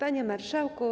Panie Marszałku!